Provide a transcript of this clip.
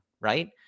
Right